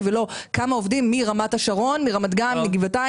ולא כמה עובדים מגיעים מרמת השרון או מרמת גן או מגבעתיים,